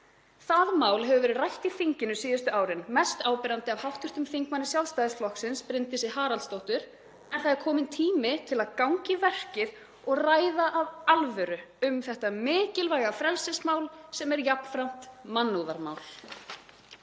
Það mál hefur verið rætt í þinginu síðustu árin, mest áberandi af hv. þm. Sjálfstæðisflokksins, Bryndísi Haraldsdóttur, en það er kominn tími til að ganga í verkið og ræða af alvöru um þetta mikilvæga frelsismál sem er jafnframt mannúðarmál.